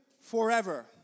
forever